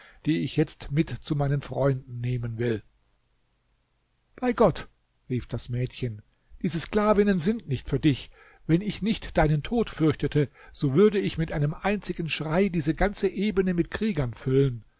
die ich jetzt mit zu meinen freunden nehmen will bei gott rief das mädchen diese sklavinnen sind nicht für dich wenn ich nicht deinen tod fürchtete so würde ich mit einem einzigen schrei diese ganze ebene mit kriegern füllen